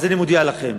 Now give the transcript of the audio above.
אז אני מודיע לכם,